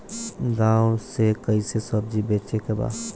गांव से कैसे सब्जी बेचे के बा?